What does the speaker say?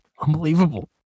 Unbelievable